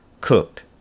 cooked